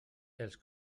els